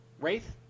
Wraith